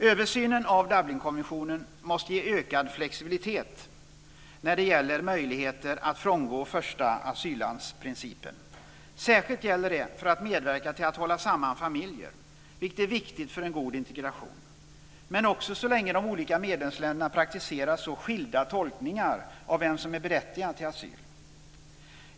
Översynen av Dublinkonventionen måste ge ökad flexibilitet när det gäller möjligheter att frångå principen om första asylland. Särskilt gäller det för att man ska medverka till att hålla samman familjer, vilket är viktigt för en god integration. Men det gäller också så länge som de olika medlemsländerna praktiserar så skilda tolkningar av vem som är berättigad till asyl.